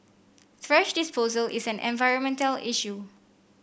thrash disposal is an environmental issue